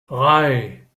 drei